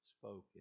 spoken